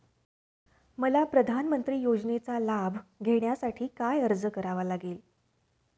मला प्रधानमंत्री योजनेचा लाभ घेण्यासाठी काय अर्ज करावा लागेल?